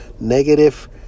negative